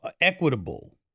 equitable